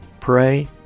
Pray